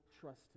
trust